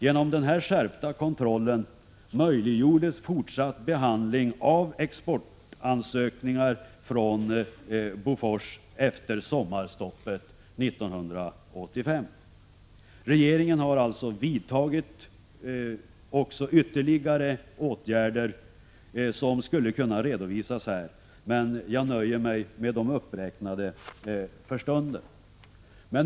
Genom denna skärpta kontroll möjliggjordes fortsatt behandling av exportansökningar från Bofors efter sommarstoppet 1985. Regeringen har vidtagit ytterligare ett antal åtgärder som skulle kunna redovisas här, men jag nöjer mig för stunden med de uppräknade.